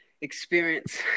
experience